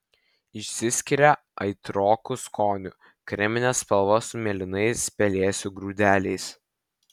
išsiskiria aitroku skoniu kremine spalva su mėlynais pelėsių grūdeliais